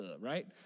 right